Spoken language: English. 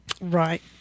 Right